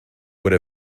would